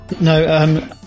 No